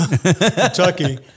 Kentucky